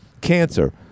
cancer